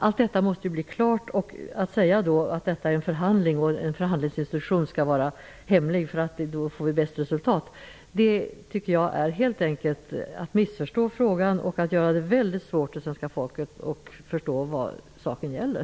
Att säga att detta är en förhandling och att en förhandlingsdiskussion skall vara hemlig därför att man då får bäst resultat tycker jag helt enkelt är att missförstå frågan och att göra det väldigt svårt för svenska folket att förstå vad saken gäller.